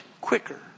quicker